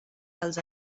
els